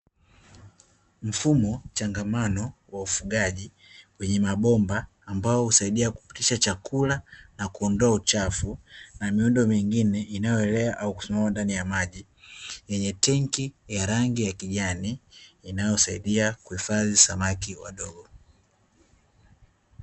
Mfumo changamano wa ufugaji wenye mabomba ambao husaidia kupitisha chakula na kuondoa uchafu, na miundo inayoelea au kusimama ndani ya maji yenye tenki ya rangi ya kijani inayosaidia kuhifadhi samaki wadogo.